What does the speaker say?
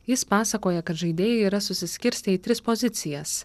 jis pasakoja kad žaidėjai yra susiskirstę į tris pozicijas